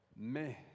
Mais